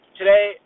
today